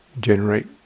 generate